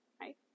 Right